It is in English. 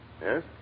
Yes